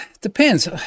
depends